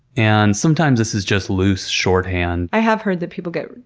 and sometimes this is just loose shorthand. i have heard that people get,